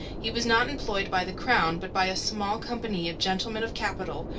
he was not employed by the crown, but by a small company of gentlemen of capital,